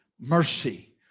mercy